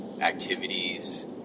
activities